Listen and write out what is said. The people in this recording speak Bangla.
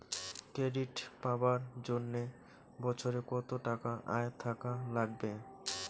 ক্রেডিট পাবার জন্যে বছরে কত টাকা আয় থাকা লাগবে?